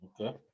okay